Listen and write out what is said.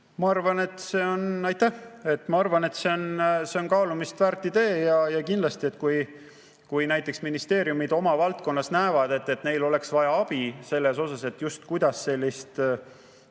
Ma arvan, et see on kaalumist väärt idee. Kindlasti, kui näiteks ministeeriumid oma valdkonnas näevad, et neil oleks vaja abi selles, kuidas sellised,